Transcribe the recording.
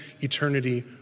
eternity